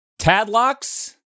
Tadlocks